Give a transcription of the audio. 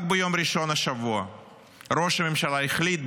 רק ביום ראשון השבוע ראש הממשלה החליט,